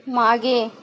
मागे